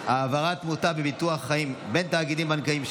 העברת מוטב בביטוח חיים בין תאגידים בנקאיים),